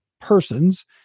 persons